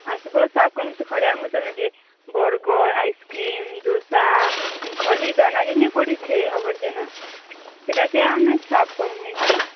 ଆସିବ ସାଫ୍ ଖଡ଼ିଆଳ ମିଶନ୍ ଯେ ବର୍ଗର ଆଇସକ୍ରିମ୍ ଦୋସା ଖଲି ଦନା ଯେମ୍ତି ପଡ଼ିିଛି ଆବର୍ଜନା ସେଇଟା କେ ଆମେ ସାଫ୍ କରିମୁଁ ଏଇଖିନା